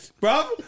bro